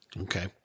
Okay